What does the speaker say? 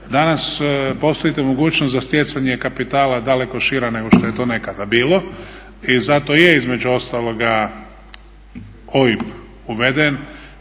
danas postoji mogućnost da stjecanje kapitala je daleko šire nego što je to nekada bilo. I zato je između ostaloga OIB uveden